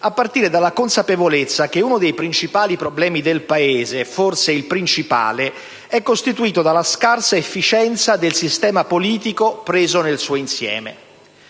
a partire dalla consapevolezza che uno dei principali problemi del Paese, forse il principale, è costituito dalla scarsa efficienza del sistema politico preso nel suo insieme.